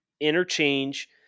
interchange